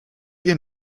ihr